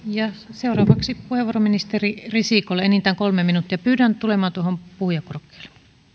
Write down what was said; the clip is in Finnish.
seuraavaksi puheenvuoro ministeri risikolle enintään kolme minuuttia pyydän tulemaan tuohon puhujakorokkeelle